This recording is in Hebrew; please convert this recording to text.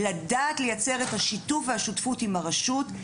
לדעת לייצר את השיתוף והשותפות עם הרשות,